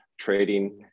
trading